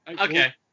Okay